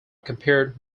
compared